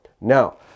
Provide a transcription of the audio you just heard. Now